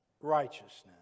righteousness